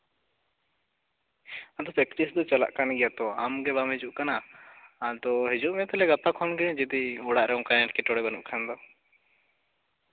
ᱟᱫᱚ ᱯᱨᱮᱠᱴᱤᱥ ᱫᱚ ᱪᱟᱞᱟᱜ ᱠᱟᱱ ᱜᱮᱭᱟ ᱛᱚ ᱟᱢ ᱜᱮ ᱵᱟᱢ ᱦᱤᱡᱩᱜ ᱠᱟᱱᱟ ᱟᱫᱚ ᱦᱤᱡᱩᱜ ᱢᱮ ᱛᱟᱦᱚᱞᱮ ᱜᱟᱯᱟ ᱠᱷᱚᱱᱜᱮ ᱡᱚᱫᱤ ᱚᱲᱟᱜᱨᱮ ᱚᱱᱠᱟ ᱮᱸᱴᱠᱮᱴᱚᱲᱮ ᱵᱟᱹᱱᱩᱜ ᱠᱷᱟᱱ ᱫᱚ